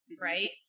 right